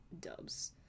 dubs